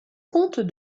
comte